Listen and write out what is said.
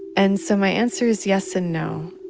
and so my answer is yes and no.